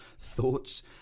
thoughts